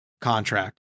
contract